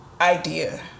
idea